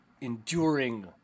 enduring